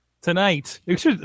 tonight